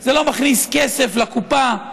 זה לא מכניס כסף לקופה,